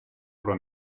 про